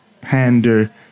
pander